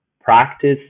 practice